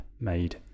made